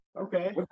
Okay